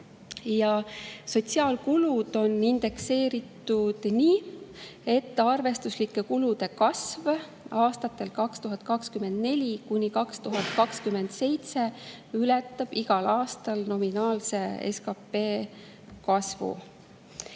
Sotsiaalkulud on indekseeritud nii, et arvestuslike kulude kasv aastatel 2024–2027 ületab igal aastal nominaalse SKP kasvu.